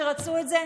שרצו את זה,